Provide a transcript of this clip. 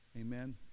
Amen